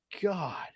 God